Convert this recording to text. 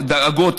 תודה.